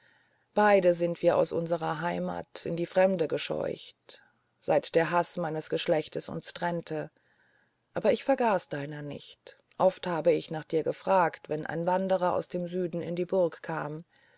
beide sind wir aus unserer heimat in die fremde gescheucht seit der haß meines geschlechtes uns trennte auch ich vergaß deiner nicht oft habe ich nach dir gefragt wenn ein wanderer aus dem süden in die burg kam